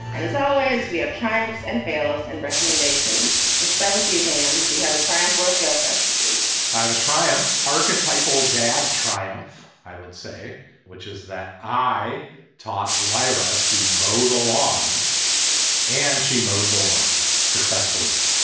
as always, we have triumphs and failures and recommendations. let's start with you, dan. do you have a triumph or fail for us this week? i have a triumph. archetypal dad triumph. i would say, which is that i talk lyra to mow the lawn and she mowed the lawn successfully.